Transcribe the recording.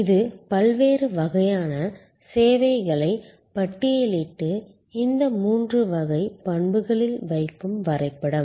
இது பல்வேறு வகையான சேவைகளை பட்டியலிட்டு இந்த மூன்று வகை பண்புகளில் வைக்கும் வரைபடம்